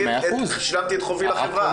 אני השלמתי את חובי לחברה.